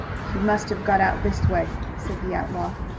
he must have got out this way, said the outlaw.